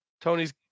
Tony's